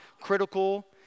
critical